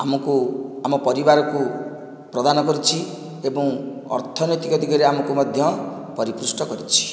ଆମକୁ ଆମ ପରିବାରକୁ ପ୍ରଦାନ କରିଛି ଏବଂ ଅର୍ଥନୈତିକ ଦିଗରେ ଆମକୁ ମଧ୍ୟ ପରିପୁଷ୍ଟ କରିଛି